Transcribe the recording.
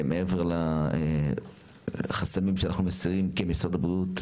מעבר לחסמים שאנחנו מסירים כמשרד הבריאות,